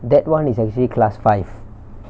that [one] is actually class five